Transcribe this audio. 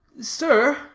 Sir